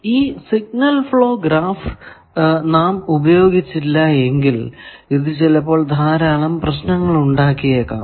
ഈ signal flow graph നാം ഉപയോഗിച്ചില്ല എങ്കിൽ ഇത് ചിലപ്പോൾ ധാരാളം പ്രശ്നങ്ങൾ ഉണ്ടാക്കിയേക്കാം